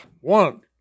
one